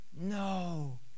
No